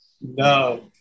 no